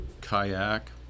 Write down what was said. kayak